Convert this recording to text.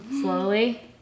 slowly